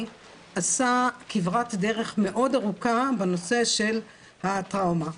עשה כברת דרך מאוד ארוכה בנושא של הטראומה.